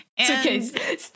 Okay